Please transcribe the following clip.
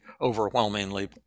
overwhelmingly